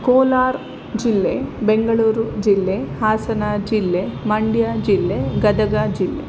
ಕೋಲಾರ ಜಿಲ್ಲೆ ಬೆಂಗಳೂರು ಜಿಲ್ಲೆ ಹಾಸನ ಜಿಲ್ಲೆ ಮಂಡ್ಯ ಜಿಲ್ಲೆ ಗದಗ ಜಿಲ್ಲೆ